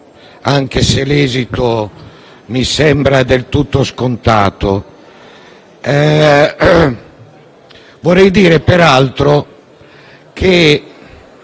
anche se l'esito mi sembra del tutto scontato. Vorrei dire peraltro che